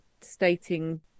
stating